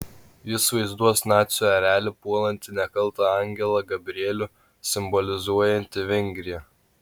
jis vaizduos nacių erelį puolantį nekaltą angelą gabrielių simbolizuojantį vengriją